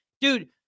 dude